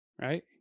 right